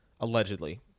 Allegedly